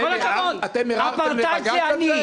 עם כל הכבוד, הפרטץ' זה אני.